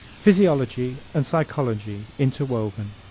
physiology and psychology interwoven